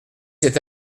cet